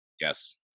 Yes